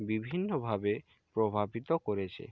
বিভিন্নভাবে প্রভাবিত করেছে